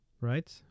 Right